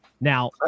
Now